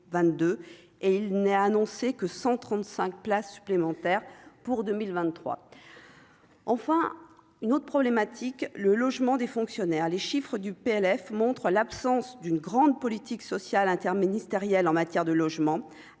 2022, et il n'est, a annoncé que 135 places supplémentaires pour 2023 enfin une autre problématique : le logement des fonctionnaires, les chiffres du PLF montre l'absence d'une grande politique sociale interministérielle en matière de logement